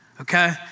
okay